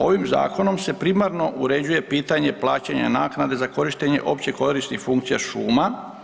Ovim zakonom se primarno uređuje pitanje plaćanje naknade za korištenje opće korisnih funkcija šuma.